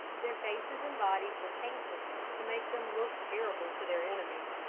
their faces and bodies were painted to make them look terrible to their enemies.